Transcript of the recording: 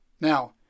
Now